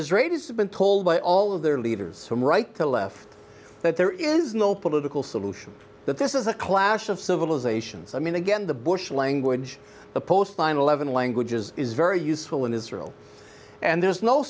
israelis have been told by all of their leaders from right to left that there is no political solution that this is a clash of civilizations i mean again the bush language the post nine eleven languages is very useful in israel and there's no